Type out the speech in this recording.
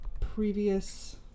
previous